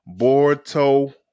boruto